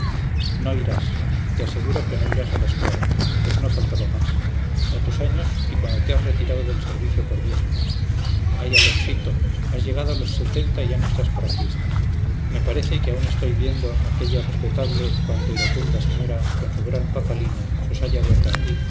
no irás te aseguro que no irás a la escuadra pues no faltaba más a tus años y cuando te has retirado del servicio por viejo ay alonsito has llegado a los setenta y ya no estás para fiestas me parece que aún estoy viendo a aquella respetable cuanto iracunda señora con su gran papalina su saya de organdí